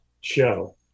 show